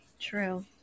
true